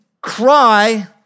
cry